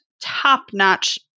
top-notch